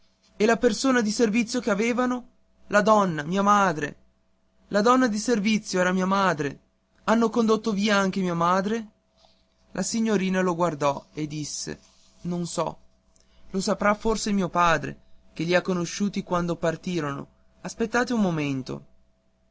e la persona di servizio che avevano la donna mia madre la donna di servizio era mia madre hanno condotto via anche mia madre la signorina lo guardò e disse non so lo saprà forse mio padre che li ha conosciuti quando partirono aspettate un momento